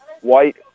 white